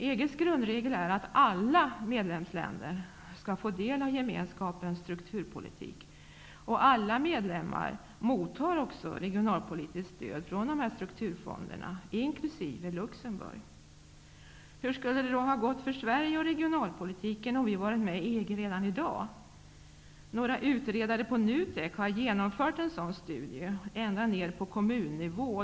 EG:s grundregel är att alla medlemsländer skall få del av gemenskapens strukturpolitik. Alla medlemmar mottar också regionalpolitiskt stöd från dessa strukturfonder inkl. Luxemburg. Hur skulle det då ha gått för Sverige och regionalpolitiken, om vi hade varit med i EG redan i dag? Några utredare på NUTEK har genomfört en sådan studie ända ner på kommunnivå.